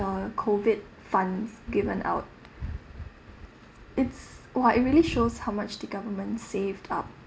uh COVID funds given out its !wah! it really shows how much the government saved up